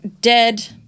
dead